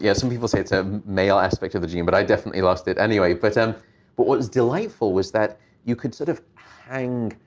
yeah some people say it's a male aspect of the gene, but i definitely lost it. anyway, but um but what is delightful was that you could sort of hang,